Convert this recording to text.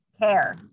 care